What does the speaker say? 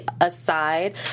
aside